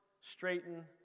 straighten